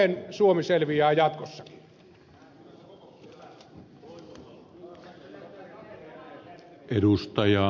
siten suomi selviää jatkossakin